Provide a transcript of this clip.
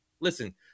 listen